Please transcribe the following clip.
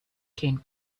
came